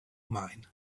mine